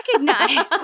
recognize